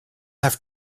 have